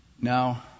Now